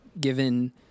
given